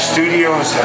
Studios